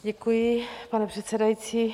Děkuji, pane předsedající.